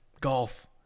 golf